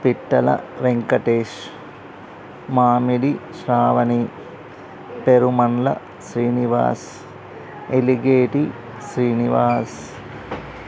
Pittala Venkatesh Mamidi Sravani Perumandla Srinivas Eligeti Srinivas